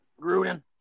Gruden